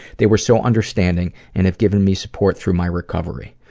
they were so understanding and have given me support through my recovery.